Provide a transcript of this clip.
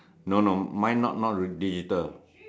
no no mine not not radiator